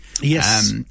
Yes